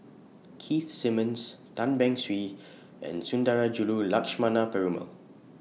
Keith Simmons Tan Beng Swee and Sundarajulu Lakshmana Perumal